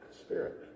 Spirit